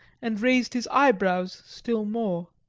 and raised his eyebrows still more.